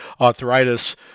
arthritis